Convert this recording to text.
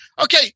Okay